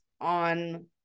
on